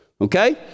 Okay